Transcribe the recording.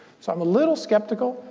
so i'm a little skeptical.